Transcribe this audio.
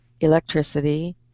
electricity